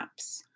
apps